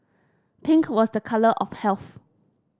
pink was a colour of health